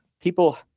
people